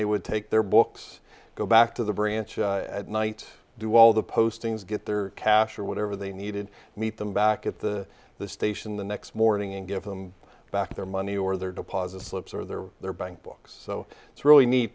they would take their books go back to the branch at night do all the postings get their cash or whatever they needed meet them back at the the station the next morning and give them back their money or their deposit slips or their their bank books so it's really neat